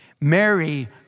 Mary